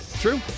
True